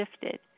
shifted